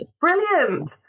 Brilliant